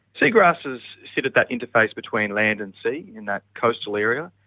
seagrasses sit at that interface between land and sea, in that coastal area,